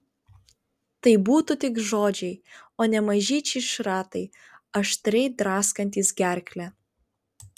tai būtų tik žodžiai o ne mažyčiai šratai aštriai draskantys gerklę